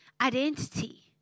identity